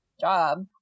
job